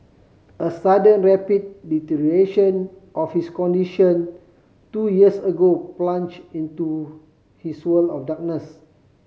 a sudden rapid deterioration of his condition two years ago plunged into his world of darkness